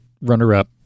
runner-up